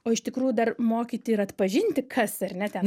o iš tikrųjų dar mokyti ir atpažinti kas ar ne ten